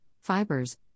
fibers